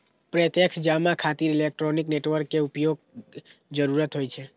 प्रत्यक्ष जमा खातिर इलेक्ट्रॉनिक नेटवर्क के उपयोगक जरूरत होइ छै